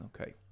okay